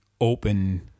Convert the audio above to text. open